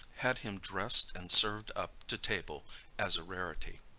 had him dressed and served up to table as a rarity.